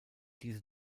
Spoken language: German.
diese